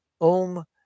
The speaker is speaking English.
Om